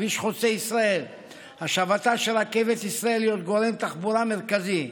כביש חוצה ישראל והשבתה של רכבת ישראל להיות גורם תחבורה מרכזי.